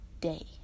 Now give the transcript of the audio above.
day